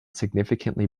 significantly